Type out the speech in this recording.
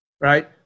right